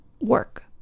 work